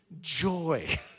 Joy